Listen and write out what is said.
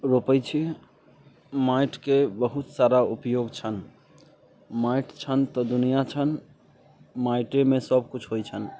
रोपैत छी माटिके बहुत सारा उपयोग छनि माटि छनि तऽ दुनिआँ छनि माटिएमे सभ किछु होइत छनि